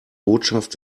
botschaft